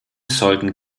sollten